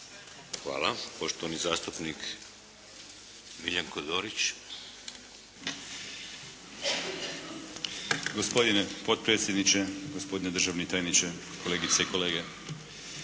Miljenko Dorić. **Dorić, Miljenko (HNS)** Gospodine potpredsjedniče, gospodine državni tajniče, kolegice i kolege.